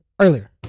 earlier